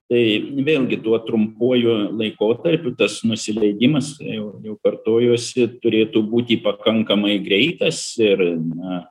tai vėlgi tuo trumpuoju laikotarpiu tas nusileidimas jau jau kartojuosi turėtų būti pakankamai greitas ir na